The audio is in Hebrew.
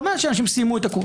לא מאז שאנשים סיימו את הקורס.